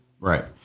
right